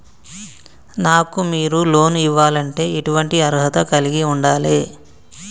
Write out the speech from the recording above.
నాకు మీరు లోన్ ఇవ్వాలంటే ఎటువంటి అర్హత కలిగి వుండాలే?